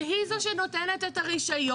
שהיא זו שנותנת את הרישיון,